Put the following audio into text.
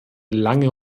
lange